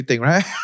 right